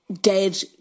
dead